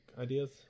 ideas